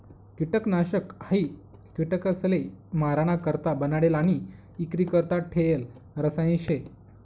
किटकनाशक हायी किटकसले माराणा करता बनाडेल आणि इक्रीकरता ठेयेल रसायन शे